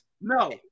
No